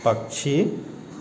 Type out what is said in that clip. पक्षी